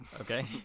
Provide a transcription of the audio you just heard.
Okay